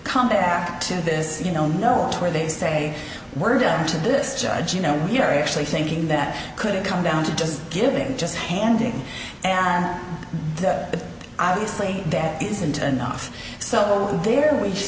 come back to this you know know where they say we're going to do this judge you know you're actually thinking that could it come down to just giving just handing but obviously that isn't enough so there we